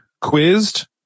quizzed